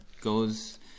goes